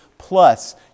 plus